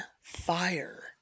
fire